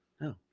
No